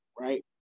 right